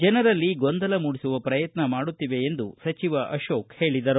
ಜನರಲ್ಲಿ ಗೊಂದಲ ಮೂಡಿಸುವ ಪ್ರಯತ್ನ ಮಾಡುತ್ತಿವೆ ಎಂದು ಸಚಿವ ಅಶೋಕ್ ಹೇಳಿದರು